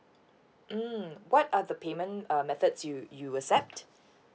mm what are the payment uh methods you you accept